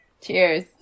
Cheers